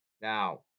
Now